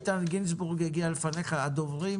השירותים שמסופקים על ידי התשתיות האלו - ברישיון.